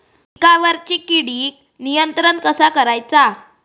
पिकावरची किडीक नियंत्रण कसा करायचा?